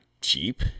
cheap